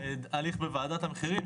הליך בוועדת המחירים,